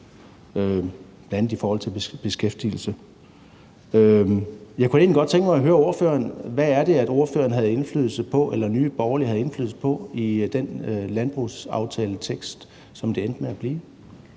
bl.a. i forhold til beskæftigelse. Jeg kunne egentlig godt tænke mig at høre ordføreren: Hvad er det, Nye Borgerlige havde indflydelse på i den landbrugsaftaletekst, som det endte med at blive?